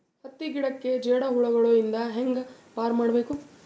ಹತ್ತಿ ಗಿಡಕ್ಕೆ ಜೇಡ ಹುಳಗಳು ಇಂದ ಹ್ಯಾಂಗ್ ಪಾರ್ ಮಾಡಬೇಕು?